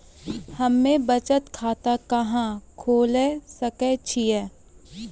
हम्मे बचत खाता कहां खोले सकै छियै?